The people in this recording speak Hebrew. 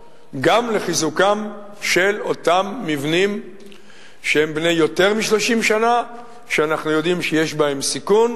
לחיזוקם של אותם מבנים שהם בני יותר מ-30 שנה ואנחנו יודעים שיש בהם סיכון.